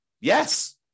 Yes